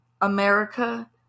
america